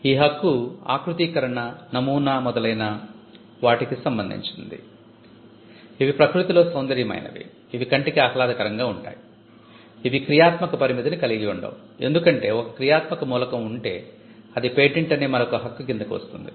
ఈ హక్కు ఆకృతీకరణ నమూనా మొదలైన వాటికి సంబంధించినది ఇవి ప్రకృతిలో సౌందర్యమైనవి ఇవి కంటికి ఆహ్లాదకరంగా ఉంటాయి ఇవి క్రియాత్మక పరిమితిని కలిగి ఉండవు ఎందుకంటే ఒక క్రియాత్మక మూలకం ఉంటే అది పేటెంట్ అనే మరొక హక్కు కిందకు వస్తుంది